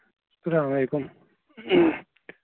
سَلام علیکُم